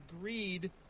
greed